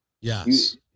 Yes